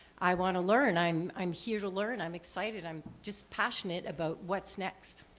i want to learn. i'm i'm here to learn. i'm excited. i'm just passionate about what's next.